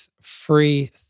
free